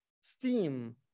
steam